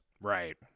Right